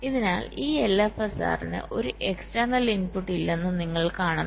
അതിനാൽ ഈ LFSR ന് ഒരു എക്സ്റ്റേനൽ ഇൻപുട്ട് ഇല്ലെന്ന് നിങ്ങൾ കാണുന്നു